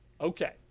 Okay